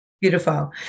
Beautiful